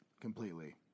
completely